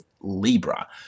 Libra